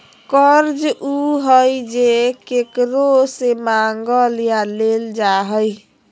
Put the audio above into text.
कर्ज उ हइ जे केकरो से मांगल या लेल जा हइ